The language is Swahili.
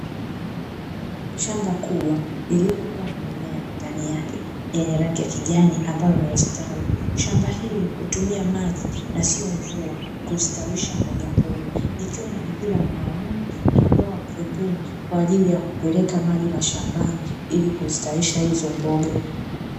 Shamba kubwa lenye mimea yenye rangi ya kijani ambayo imestawi. Shamba hili hutumia maji na sio mvua ili kustawisha mbogamboga likiwa na mipira maalumu na bwawa pembeni kwa ajili ya kupeleka maji shambani ili kustawisha mboga hizo.